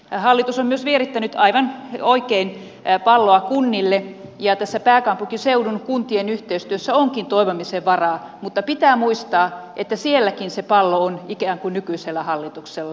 hallitus on myös vierittänyt aivan oikein palloa kunnille ja tässä pääkaupunkiseudun kun tien yhteistyössä onkin toivomisen varaa mutta pitää muistaa että sielläkin se pallo on ikään kuin nykyisellä hallituksella